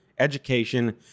education